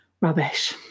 rubbish